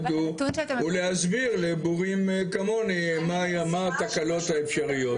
ולהסביר לבורים כמוני מה התקלות האפשריות,